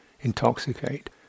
intoxicate